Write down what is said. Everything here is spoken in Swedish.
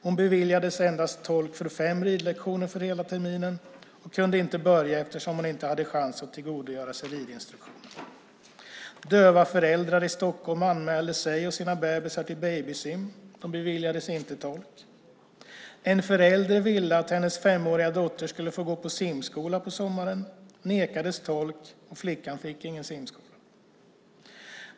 Hon beviljades endast tolk för fem ridlektioner under hela terminen och kunde inte börja eftersom hon inte hade någon chans att tillgodogöra sig ridinstruktionerna. Döva föräldrar i Stockholm anmälde sig och sina bebisar till babysim. De beviljades inte tolk. En förälder ville att hennes femåriga dotter skulle få gå på simskola på sommaren. De nekades tolk. Flickan fick ingen simskola.